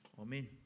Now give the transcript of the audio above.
Amen